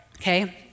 Okay